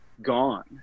gone